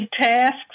tasks